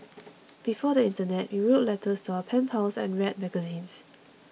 before the internet we wrote letters to our pen pals and read magazines